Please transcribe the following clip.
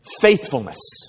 faithfulness